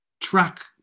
track